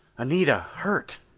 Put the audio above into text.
anita hurt!